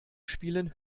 spielen